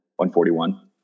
141